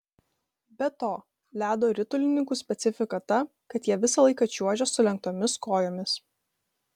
be to ledo ritulininkų specifika ta kad jie visą laiką čiuožia sulenktomis kojomis